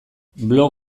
blog